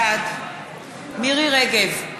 בעד מירי רגב,